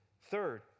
Third